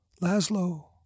Laszlo